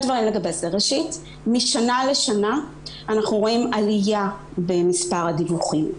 משנה לשנה אנחנו רואים עלייה במספר הדיווחים.